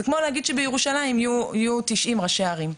זה כמו להגיד שבירושלים יהיו 90 ראשי ערים,